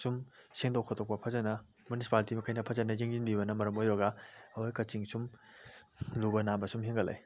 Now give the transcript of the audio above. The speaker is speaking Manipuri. ꯁꯨꯝ ꯁꯦꯡꯗꯣꯛ ꯈꯣꯠꯇꯣꯛꯄ ꯐꯖꯅ ꯃꯨꯅꯤꯁꯤꯄꯥꯂꯤꯇꯤ ꯃꯈꯩꯅ ꯐꯖꯅ ꯌꯦꯡꯁꯤꯟꯕꯤꯕꯅ ꯃꯔꯝ ꯑꯣꯏꯔꯒ ꯑꯩꯈꯣꯏ ꯀꯛꯆꯤꯡ ꯁꯨꯝ ꯂꯨꯕ ꯅꯥꯟꯕ ꯁꯨꯝ ꯍꯦꯟꯒꯠꯂꯛꯏ